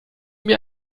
mir